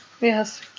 Yes